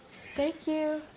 thank you.